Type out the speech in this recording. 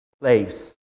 place